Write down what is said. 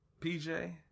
PJ